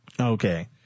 Okay